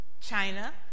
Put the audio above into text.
China